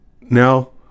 now